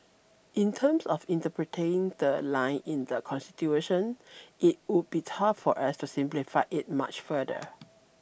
in terms of interpreting the line in the Constitution it would be tough for us to simplify it much further